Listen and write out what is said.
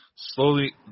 Slowly